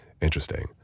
interesting